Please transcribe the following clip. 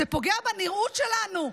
זה פוגע בנראות שלנו.